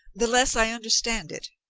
the less i understand it.